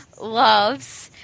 loves